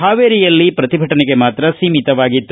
ಹಾವೇರಿ ಜಲ್ಲೆಯಲ್ಲಿ ಪ್ರತಿಭಟನೆಗೆ ಮಾತ್ರ ಸಿಮೀತವಾಗಿತ್ತು